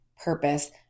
purpose